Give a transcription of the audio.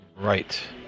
Right